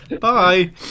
Bye